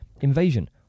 invasion